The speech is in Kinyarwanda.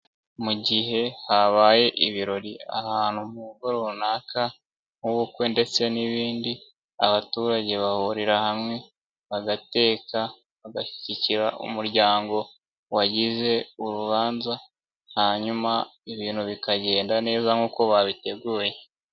Mu gihe habaye ibirori ahantu mu ngo runaka nk'ubukwe ndetse n'ibindi, abaturage bahurira hamwe bagateka bagashyigikira umuryango wagize urubanza, hanyuma ibintu bikagenda neza nkuko babiteguye.